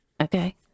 okay